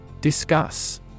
Discuss